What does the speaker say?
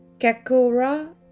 Kakura